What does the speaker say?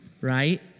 right